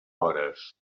hores